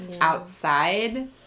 outside